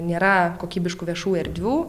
nėra kokybiškų viešų erdvių